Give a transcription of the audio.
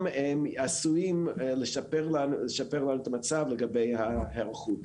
הם עשויים לשפר את המצב לגבי ההיערכות.